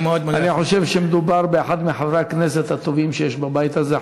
אני חושב שמדובר באחד מחברי הכנסת הטובים שיש בבית הזה,